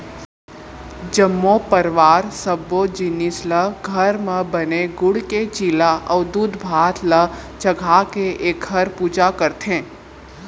जम्मो परवार सब्बो जिनिस ल घर म बने गूड़ के चीला अउ दूधभात ल चघाके एखर पूजा करथे